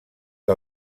que